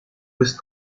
bist